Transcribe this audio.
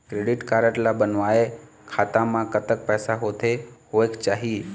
Credit card ला बनवाए खाता मा कतक पैसा होथे होएक चाही?